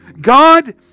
God